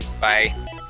Bye